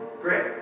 Great